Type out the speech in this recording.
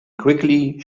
quickly